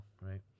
right